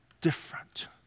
different